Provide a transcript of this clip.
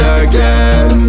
again